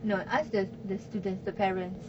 no you ask the the students the parents